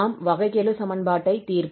நாம் வகைக்கெழு சமன்பாட்டை தீர்ப்போம்